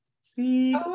See